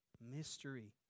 mystery